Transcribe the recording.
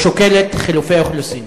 או שוקלת חילופי אוכלוסין?